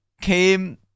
came